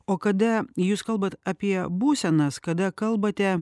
o kada jūs kalbat apie būsenas kada kalbate